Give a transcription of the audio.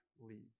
leads